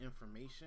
information